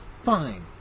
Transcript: Fine